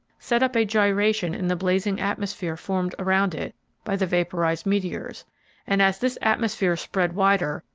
set up a gyration in the blazing atmosphere formed around it by the vaporized meteors and as this atmosphere spread wider,